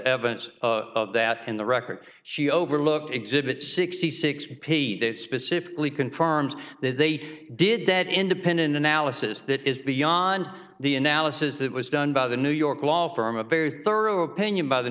evidence that in the record she overlooked exhibit sixty six pete it specifically confirms that they did that independent analysis that is beyond the analysis that was done by the new york law firm a very thorough opinion by the